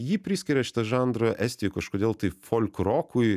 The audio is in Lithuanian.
jį priskiria šitą žanrą estijoj kažkodėl tai folkrokui